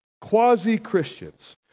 Quasi-Christians